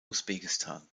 usbekistan